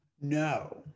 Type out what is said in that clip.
No